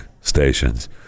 stations